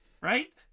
Right